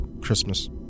christmas